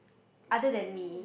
other than me